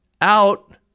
out